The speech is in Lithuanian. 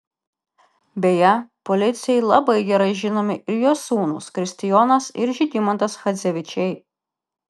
beje policijai labai gerai žinomi ir jo sūnūs kristijonas ir žygimantas chadzevičiai